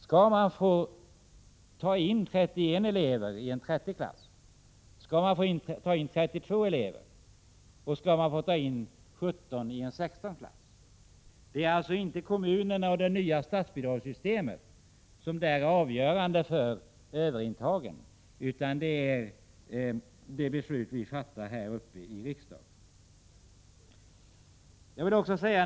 Skall man få ta in 31 elever i en klass som är avsedd för 30 elever, eller skall man ta in 32 elever? Skall man få ta in 17 elever i en klass som är avsedd för 16? Det är alltså inte kommunerna och det nya statsbidragssystemet som är avgörande för överintagen, utan det är de beslut vi fattar här i riksdagen.